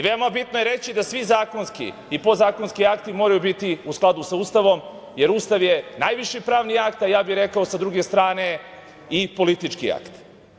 Veoma bitno je reći da svi zakonski i podzakonski akti moraju biti u skladu sa Ustavom, jer Ustav je najviši pravni akt, a ja bih rekao sa druge strane i politički akt.